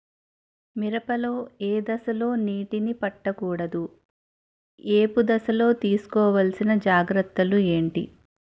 మిరప లో ఏ దశలో నీటినీ పట్టకూడదు? ఏపు దశలో తీసుకోవాల్సిన జాగ్రత్తలు ఏంటి?